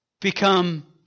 become